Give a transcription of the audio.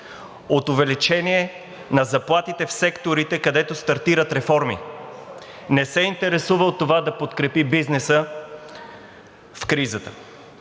от увеличение на заплатите в секторите, където стартират реформи, не се интересува от това да подкрепи бизнеса в кризата.